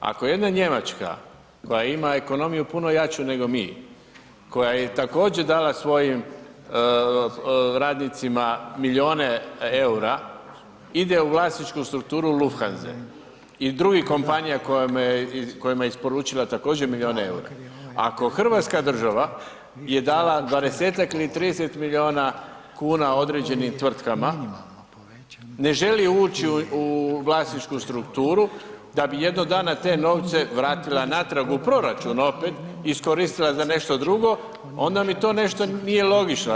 Ako jedna Njemačka koja ima ekonomiju puno jaču nego mi, koja je također dala svojim radnicima milijune eura, ide u vlasništvu strukturu Lufthanse i drugih kompanija kojima je isporučila također milijune eura, ako hrvatska država je dala 20-ak ili 30 milijuna kuna određenim tvrtkama, ne želi ući u vlasničku strukturu, da bi jednog dana vratila te novce natrag u proračun opet i iskoristila za nešto drugo, onda mi to nešto nije logično.